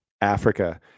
Africa